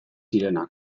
zirenak